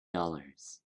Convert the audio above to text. dollars